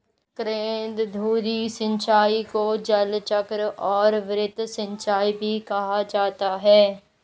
केंद्रधुरी सिंचाई को जलचक्र और वृत्त सिंचाई भी कहा जाता है